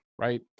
right